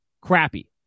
crappy